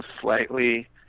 slightly